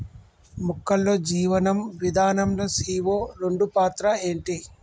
మొక్కల్లో జీవనం విధానం లో సీ.ఓ రెండు పాత్ర ఏంటి?